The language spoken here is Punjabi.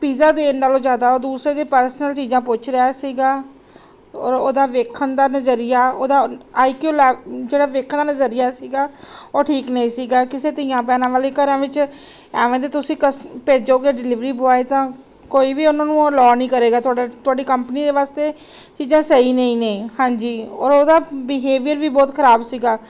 ਪੀਜ਼ਾ ਦੇਣ ਨਾਲੋਂ ਜ਼ਿਆਦਾ ਦੂਸਰੇ ਦੇ ਪਰਸਨਲ ਚੀਜ਼ਾਂ ਪੁੱਛ ਰਿਹਾ ਸੀਗਾ ਔਰ ਉਹਦਾ ਵੇਖਣ ਦਾ ਨਜ਼ਰੀਆ ਉਹਦਾ ਆਈ ਕਿਊ ਲੈਵ ਜਿਹੜਾ ਵੇਖਣ ਦਾ ਨਜ਼ਰੀਆ ਸੀਗਾ ਉਹ ਠੀਕ ਨਹੀਂ ਸੀਗਾ ਕਿਸੇ ਧੀਆਂ ਭੈਣਾਂ ਵਾਲੇ ਘਰਾਂ ਵਿੱਚ ਐਵੇਂ ਦੇ ਤੁਸੀਂ ਕਸ ਭੇਜੋਗੇ ਡਿਲੀਵਰੀ ਬੁਆਏ ਤਾਂ ਕੋਈ ਵੀ ਉਹਨਾਂ ਨੂੰ ਅਲੋਅ ਨਹੀਂ ਕਰੇਗਾ ਤੁਹਾਡਾ ਤੁਹਾਡੀ ਕੰਪਨੀ ਦੇ ਵਾਸਤੇ ਚੀਜ਼ਾਂ ਸਹੀ ਨਹੀਂ ਨੇ ਹਾਂਜੀ ਔਰ ਉਹਦਾ ਬਿਹੇਵੀਅਰ ਵੀ ਬਹੁਤ ਖਰਾਬ ਸੀਗਾ